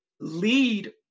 lead